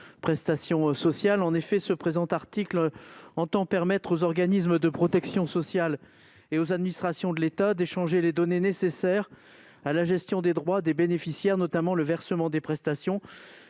le rapporteur. Cet article entend permettre aux organismes de protection sociale et aux administrations de l'État d'échanger les données nécessaires à la gestion des droits des bénéficiaires, notamment le versement des prestations